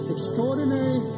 Extraordinary